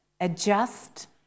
adjust